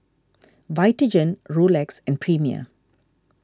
Vitagen Rolex and Premier